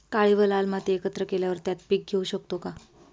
काळी व लाल माती एकत्र केल्यावर त्यात पीक घेऊ शकतो का?